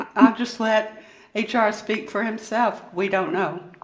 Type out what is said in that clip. i'll just let h. r. speak for himself. we don't know.